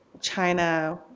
China